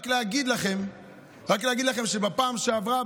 רק אגיד לכם שבפעם שעברה,